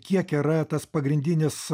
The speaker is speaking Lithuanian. kiek yra tas pagrindinis